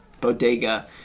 bodega